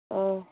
ꯑꯣ